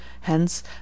Hence